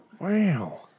wow